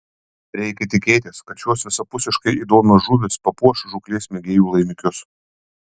reikia tikėtis kad šios visapusiškai įdomios žuvys papuoš žūklės mėgėjų laimikius